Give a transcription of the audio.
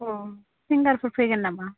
अ सिंगारफोर फैगोन नामा